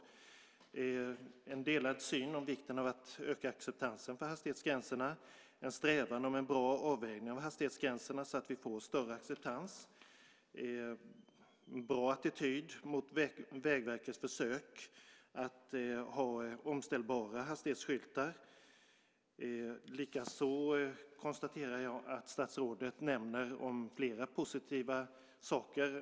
Det talas om en delad syn på vikten av att öka acceptansen av hastighetsgränserna, en strävan om en bra avvägning av hastighetsgränserna så att vi får större acceptans och en bra attityd till Vägverkets försök med omställbara hastighetsskyltar. Likaså konstaterar jag att statsrådet nämner flera positiva saker.